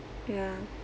ya